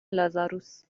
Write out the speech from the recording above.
لازاروس